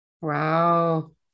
Wow